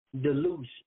delusion